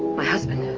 my husband.